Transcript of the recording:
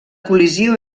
col·lisió